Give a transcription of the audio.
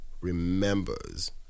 remembers